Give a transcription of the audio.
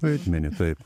vaidmenį taip